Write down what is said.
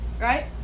Right